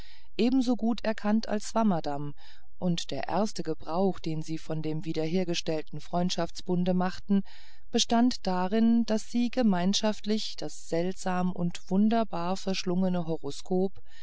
ebensogut erkannt als swammerdamm und der erste gebrauch den sie von dem wiederhergestellten freundschaftsbunde machten bestand darin daß sie gemeinschaftlich das seltsam und wunderbar verschlungene horoskop